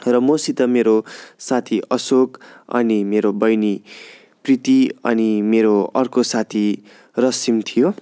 र मसित मेरो साथी अशोक अनि मेरो बहिनी प्रिती अनि मेरो अर्को साथी रश्मि थियो